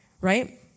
right